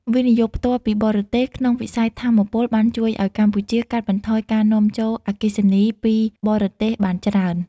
វិនិយោគផ្ទាល់ពីបរទេស ក្នុងវិស័យថាមពល បានជួយឱ្យកម្ពុជាកាត់បន្ថយការនាំចូលអគ្គិសនីពីបរទេសបានច្រើន។